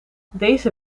deze